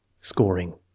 Scoring